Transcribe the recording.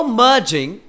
merging